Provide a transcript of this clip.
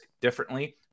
differently